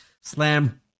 slam